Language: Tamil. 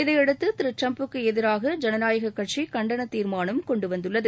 இதையடுத்து திரு டிரம்புக்கு எதிராக ஜனநாயகக் கட்சி கண்டன தீர்மானம் கொண்டு வந்துள்ளது